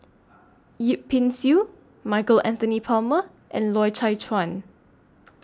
Yip Pin Xiu Michael Anthony Palmer and Loy Chye Chuan